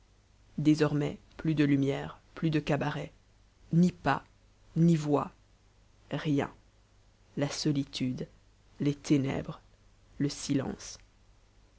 désormais plus de lumière plus de cabarets ni pas ni voix rien la solitude les ténèbres le silence